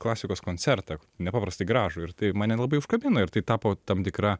klasikos koncertą nepaprastai gražų ir tai mane labai užkabino ir tai tapo tam tikra